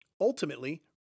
Ultimately